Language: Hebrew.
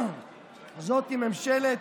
זאת היא ממשלת